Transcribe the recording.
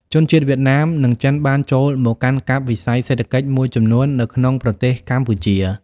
ជនជាតិវៀតណាម និងចិនបានចូលមកកាន់កាប់វិស័យសេដ្ឋកិច្ចមួយចំនួននៅក្នុងប្រទេសកម្ពុជា។